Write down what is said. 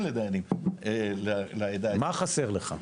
לדיינים לעדה האתיופית --- מה חסר לך?